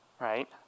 right